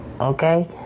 Okay